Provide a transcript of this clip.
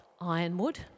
Ironwood